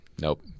nope